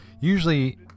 usually